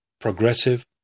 progressive